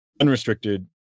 unrestricted